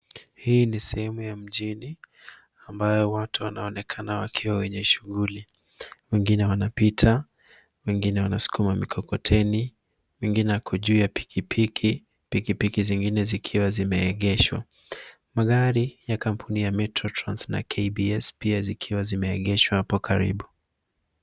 Hii ni sehemu ya mjini ambayo watu wanaonekana wakiwa wenye shughuli. Wengine wanapita, wengine wasukuma mkokoteni, wengine wako juu ya pikipiki. Pikipiki zingine zikiwa zimeegeshwa. Magari ya kampuni ya Metro Trans na KBS pia zikiwa zimeegeshwa hapo karibu.